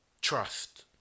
trust